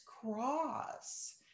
Cross